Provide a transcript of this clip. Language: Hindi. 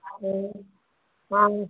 हाँ हाँ